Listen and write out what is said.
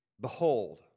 Behold